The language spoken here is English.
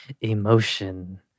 Emotion